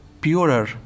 purer